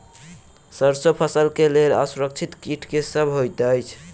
सैरसो फसल केँ लेल असुरक्षित कीट केँ सब होइत अछि?